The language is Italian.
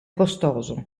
costoso